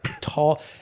tall